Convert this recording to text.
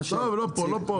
הם לא פה, לא פה.